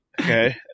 Okay